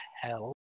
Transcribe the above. hell